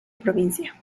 provincia